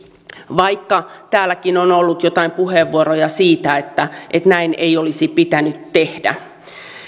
vaikka täälläkin on ollut joitain puheenvuoroja siitä että että näin ei olisi pitänyt tehdä